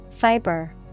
Fiber